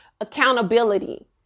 accountability